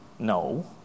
No